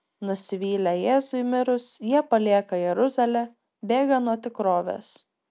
nusivylę jėzui mirus jie palieka jeruzalę bėga nuo tikrovės